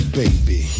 baby